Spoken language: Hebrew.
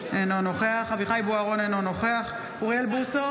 אינו נוכח אביחי אברהם בוארון, אינו נוכח